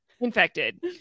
infected